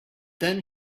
then